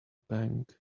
pang